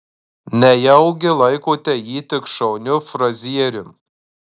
nejaugi laikote jį tik šauniu frazierium